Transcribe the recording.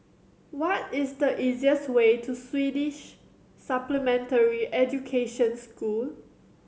what is the easiest way to Swedish Supplementary Education School